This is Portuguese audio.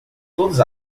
todos